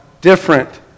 different